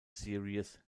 series